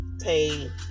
pay